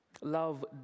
love